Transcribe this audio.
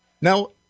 Now